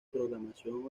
programación